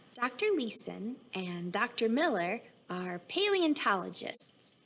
dr. lyson and dr. miller are paleontologists.